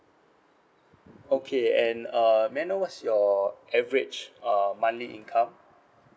okay and uh may I know what's your average uh monthly income